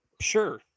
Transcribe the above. Sure